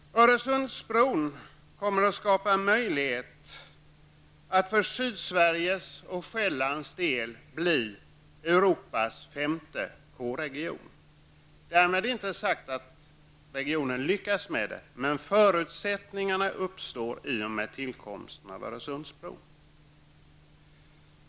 Öresundsbron kommer att skapa möjlighet för Sydsverige och Själland att bli Europas femte K-region. Därmed inte sagt att regionen kommer att lyckas med det, men förutsättningarna uppstår i och med tillkomsten av Öresundsbron.